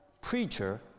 preacher